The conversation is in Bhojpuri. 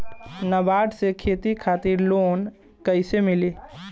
नाबार्ड से खेती खातिर लोन कइसे मिली?